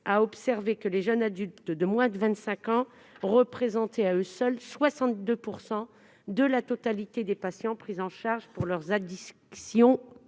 a observé que les jeunes adultes de moins de 25 ans représentaient, à eux seuls, 62 % de la totalité des patients pris en charge pour leur addiction